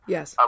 Yes